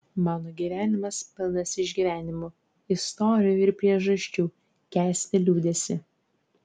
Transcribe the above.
mano gyvenimas pilnas išgyvenimų istorijų ir priežasčių kęsti liūdesį